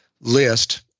list